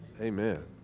Amen